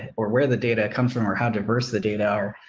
or where the data comes from, or how diverse the data are,